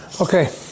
Okay